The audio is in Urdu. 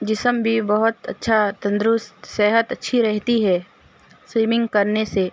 جسم بھی بہت اچّھا تندرست صحت اچّھی رہتی ہے سوئمنگ کرنے سے